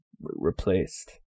replaced